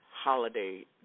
holiday